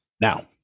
Now